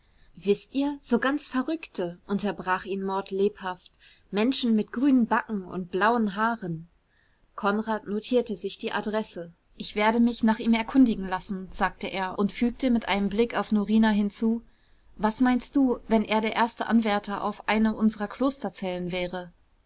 wißt ihr so ganz verrückte unterbrach ihn maud lebhaft menschen mit grünen backen und blauen haaren konrad notierte sich die adresse ich werde mich nach ihm erkundigen lassen sagte er und fügte mit einem blick auf norina hinzu was meinst du wenn er der erste anwärter auf eine unserer klosterzellen wäre